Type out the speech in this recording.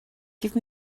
give